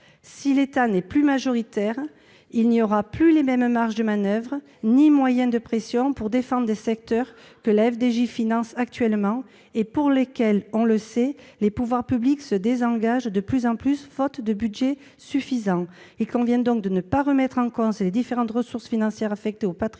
Si l'État n'est plus majoritaire, il n'y aura plus les mêmes marges de manoeuvre ni des moyens de pression comparables pour défendre les secteurs que la FDJ finance actuellement et pour lesquels, on le sait, les pouvoirs publics se désengagent de plus en plus, faute de budget suffisant. Il convient donc de ne pas remettre en cause les différentes ressources financières affectées au patrimoine